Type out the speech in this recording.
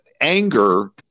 Anger